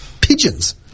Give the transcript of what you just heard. pigeons